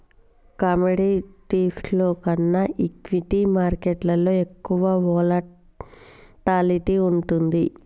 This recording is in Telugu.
కమోడిటీస్లో కన్నా ఈక్విటీ మార్కెట్టులో ఎక్కువ వోలటాలిటీ వుంటది